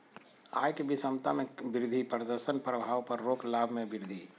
आय के विषमता में वृद्धि प्रदर्शन प्रभाव पर रोक लाभ में वृद्धि